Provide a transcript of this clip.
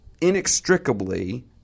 inextricably